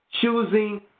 choosing